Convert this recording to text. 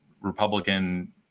Republican